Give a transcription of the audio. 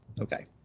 Okay